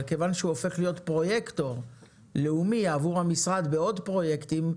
כיוון שהוא הופך להיות פרויקטור לאומי עבור המשרד בעוד פרויקטים,